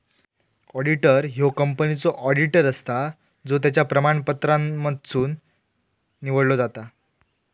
auditor ह्यो कंपनीचो auditor असता जो त्याच्या प्रमाणपत्रांमधसुन निवडलो जाता